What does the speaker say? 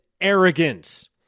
arrogance